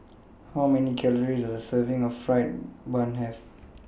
How Many Calories Does A Serving of Fried Bun Have